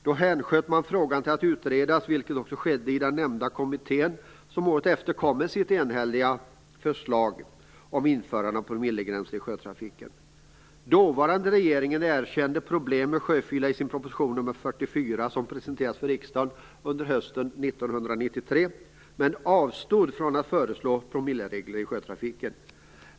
Då hänsköt man frågan till att utredas, vilket också skedde i den nämnda kommittén. Den kom året efter med sitt enhälliga förslag om införande av promillegränser i sjötrafiken. Den dåvarande regeringen erkände problemen med sjöfylla i sin proposition nr 44, som presenterades för riksdagen under hösten 1993, men man avstod från att föreslå promilleregler i sjötrafiken.